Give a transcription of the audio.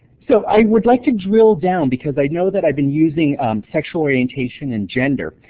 so i would like to drill down because i know that i've been using sexual orientation and gender.